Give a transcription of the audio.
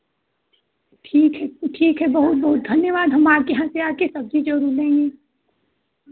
ठीक है तो ठीक है बहुत बहुत धन्यवाद हम आपके यहाँ से आकर सब्ज़ी ज़रूर लेंगे